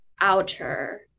outer